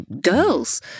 girls